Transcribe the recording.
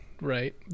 right